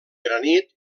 granit